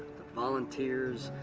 the volunteers,